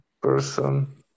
person